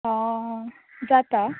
जाता